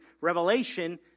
Revelation